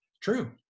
True